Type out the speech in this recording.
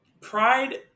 pride